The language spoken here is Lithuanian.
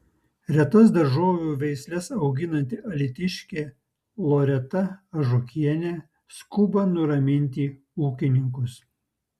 retas daržovių veisles auginanti alytiškė loreta ažukienė skuba nuraminti ūkininkus